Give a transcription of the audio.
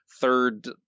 third